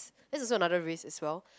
it is another risk as well